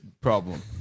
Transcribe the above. problem